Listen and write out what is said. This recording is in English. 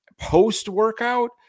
post-workout